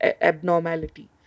abnormality